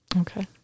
okay